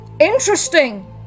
INTERESTING